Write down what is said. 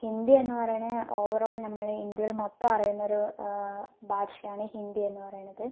ഹിന്ദി എന്ന് പറയുവാണേൽ ഓവറോൾ നമ്മളുടെ ഇന്ത്യയിൽ മൊത്തം അറിയുന്ന ഒരു ഭാഷയാണ് ഹിന്ദി എന്ന് പറയുന്നത്